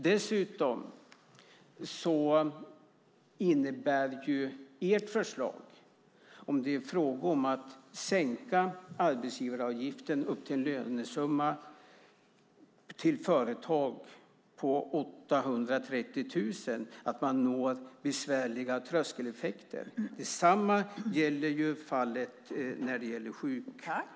Dessutom innebär ert förslag, om det är fråga om att sänka arbetsgivaravgiften upp till en lönesumma på 830 000 för företag, att man får besvärliga tröskeleffekter. Detsamma gäller sjuklönen.